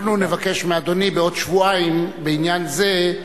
אנחנו נבקש מאדוני בעוד שבועיים, בעניין זה.